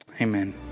Amen